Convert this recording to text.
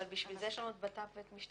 אבל לשם כך יש לנו את ביטחון פנים ואת המשטרה.